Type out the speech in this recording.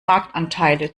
marktanteile